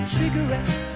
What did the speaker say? cigarettes